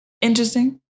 Interesting